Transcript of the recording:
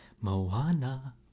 Moana